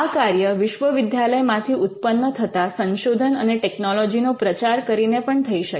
આ કાર્ય વિશ્વ વિદ્યાલયમાંથી ઉત્પન્ન થતા સંશોધન અને ટેકનોલોજીનો પ્રચાર કરીને પણ થઈ શકે